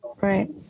right